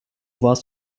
warst